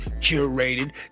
curated